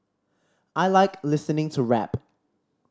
I like listening to rap